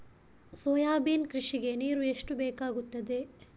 Soybean ಕೃಷಿಗೆ ನೀರು ಎಷ್ಟು ಬೇಕಾಗುತ್ತದೆ?